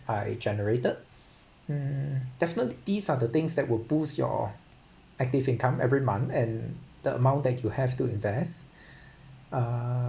I generated mm definitely these are the things that would boost your active income every month and the amount that you have to invest uh